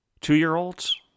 Two-year-olds